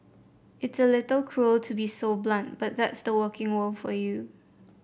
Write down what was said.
it's a little cruel to be so blunt but that's the working world for you